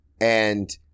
And-